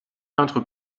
peintre